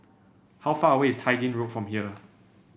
how far away is Tai Gin Road from here